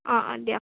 অঁ অঁ দিয়ক